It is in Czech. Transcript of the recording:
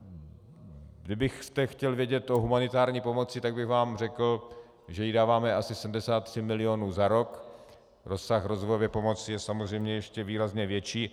Kdybyste chtěl vědět o humanitární pomoci, tak bych vám řekl, že jí dáváme asi 73 milionů za rok, rozsah rozvojové pomoci je samozřejmě ještě výrazně větší.